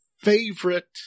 favorite